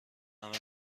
همش